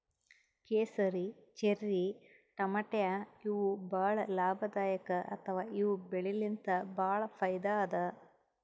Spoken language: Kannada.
ಕೇಸರಿ, ಚೆರ್ರಿ ಟಮಾಟ್ಯಾ ಇವ್ ಭಾಳ್ ಲಾಭದಾಯಿಕ್ ಅಥವಾ ಇವ್ ಬೆಳಿಲಿನ್ತ್ ಭಾಳ್ ಫೈದಾ ಅದಾ